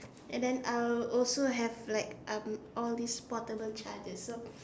and then I'll also have like um all these portable chargers so